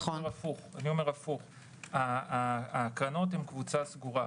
אני אומר להיפך, הקרנות הן קבוצה סגורה.